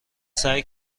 سعی